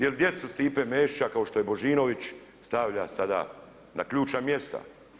Jer djecu Stipe Mesića kao što je Božinović stavlja sada na ključna mjesta.